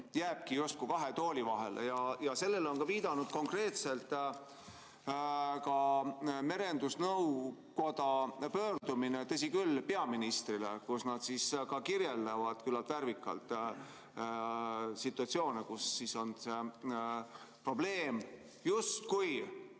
jääbki justkui kahe tooli vahele. Sellele on viidanud konkreetselt ka merendusnõukoja pöördumine, tõsi küll, peaministri poole, kus nad kirjeldavad küllalt värvikalt situatsioone, kus on probleem justkui